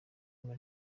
ngo